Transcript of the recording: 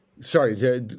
Sorry